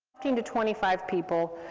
fifteen to twenty five people,